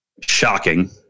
Shocking